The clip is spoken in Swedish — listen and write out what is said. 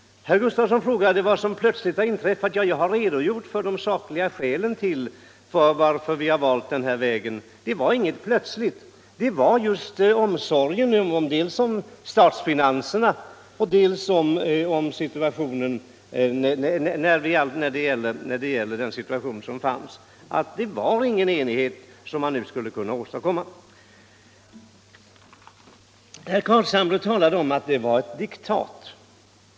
Herr Gustavsson frågade vad som plötsligt har inträffat. Jag har redovisat de sakliga skälen till att vi valt denna väg. Det inträffade ingenting plötsligt. Det var omsorgen om statsfinanserna och det förhållandet att det inte kunde uppnås någon enighet som gjorde att vi intog denna ståndpunkt. Herr Carlshamre sade att detta var ett diktat.